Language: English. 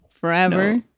forever